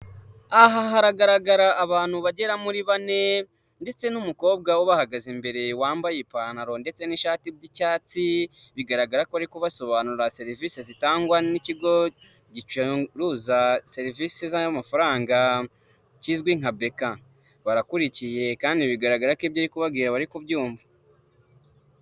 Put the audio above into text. Aha haragaragara abantu bagera muri bane ndetse n'umukobwa bahagaze imbere wambaye ipantaro ndetse n'ishati by'icyatsi, bigaragara ko ariko basobanurira serivisi zitangwa n'ikigo gicuruza serivisizan amafaranga kizwi nka beka barakurikiye kandi bigaragara ko ibyo yari kubabwira bari kubyumva.